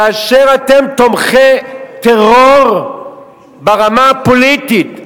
כאשר אתם תומכי טרור ברמה הפוליטית?